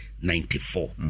ninety-four